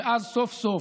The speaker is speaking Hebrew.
ואז סוף-סוף,